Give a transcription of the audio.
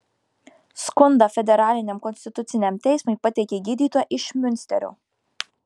skundą federaliniam konstituciniam teismui pateikė gydytoja iš miunsterio